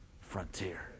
frontier